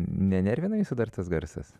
nenervina jūsų dar tas garsas